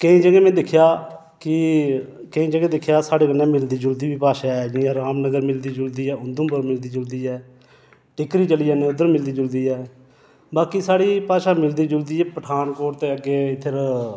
केईं जगह् में दिक्खेआ कि केईं जगह् दिक्खेआ साढ़े कन्नै मिलदी जुलदी बी भाशा ऐ जियां रामनगर मिलदी जुलदी ऐ उधमपुर मिलदी जुलदी ऐ टिक्करी चली जन्ने आं उद्धर मिलदी जुलदी ऐ बाकी साढ़ी भाशा मिलदी जुलदी ऐ पठानकोट दे अग्गें इद्धर